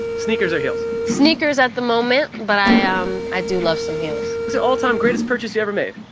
sneakers or heels? sneakers at the moment. but i um i do love some heals. what's the all-time greatest purchase you ever made?